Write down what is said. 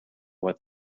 what